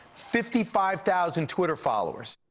fifty five thousand twitter followers.